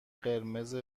قرمز